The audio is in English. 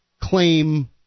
claim